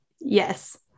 Yes